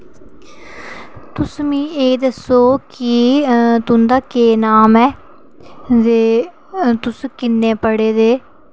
तुस मिगी एह् दस्सो की तुं'दा केह् नाम ऐ ते तुस किन्ने पढ़े दे